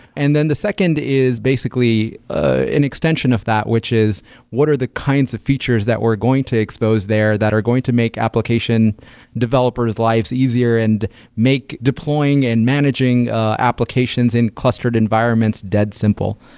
and then the second is basically an extension of that, which is what are the kinds of features that we're going to expose there that are going to make application developers' lives easier and make deploying and managing applications in clustered environments dead simple.